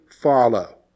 follow